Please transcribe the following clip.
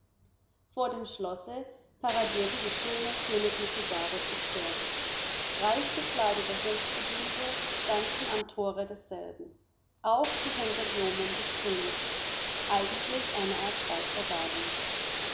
vor dem schlosse paradierte die schöne königliche garde zu pferd reich gekleidete hofbediente standen am tore desselben auch die hundert yeomen des königs eigentlich eine art